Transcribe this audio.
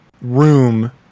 room